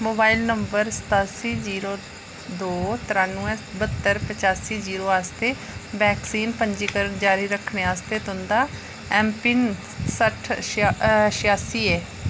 mobile number सत्तासी zero दो तरानवैं ब्त्तहर पचासी जीरो आस्तै वैक्सीन पंजीकरण जारी रक्खने आस्तै तुं'दा ऐम्मपिन सट्ठ छेआसी ऐ